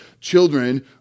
Children